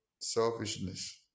Selfishness